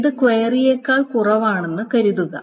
ഇത് ക്വയറിയേക്കാൾ കുറവാണെന്ന് കരുതുക